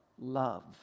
love